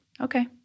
okay